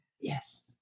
Yes